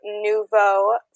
nouveau